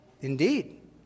Indeed